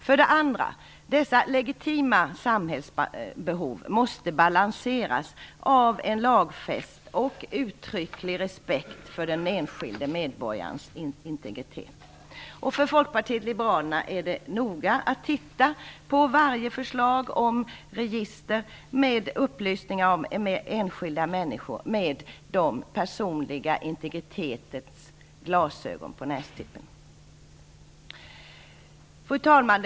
För det andra måste dessa legitima samhällsbehov balanseras av en lagfäst och uttrycklig respekt för den enskilde medborgarens integritet. För oss i Folkpartiet liberalerna är det noga att så att säga med den personliga integritetens glasögon på nästippen titta på varje förslag med register och upplysningar om enskilda människor. Fru talman!